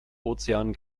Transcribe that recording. ozean